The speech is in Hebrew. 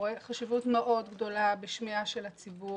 רואה חשיבות מאוד גדולה בשמיעה של הציבור,